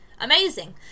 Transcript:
Amazing